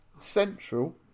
Central